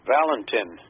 Valentin